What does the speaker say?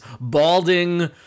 balding